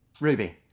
Ruby